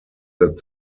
that